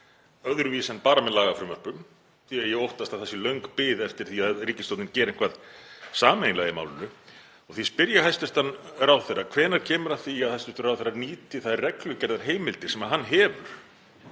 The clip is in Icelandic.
öðruvísi en bara með lagafrumvörpum, því að ég óttast að það sé löng bið eftir því að ríkisstjórnin geri eitthvað sameiginlega í málinu. Því spyr ég hæstv. ráðherra: Hvenær kemur að því að hæstv. ráðherra nýti þær reglugerðarheimildir sem hann hefur